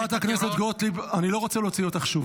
חברת הכנסת גוטליב, אני לא רוצה להוציא אותך שוב.